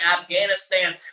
afghanistan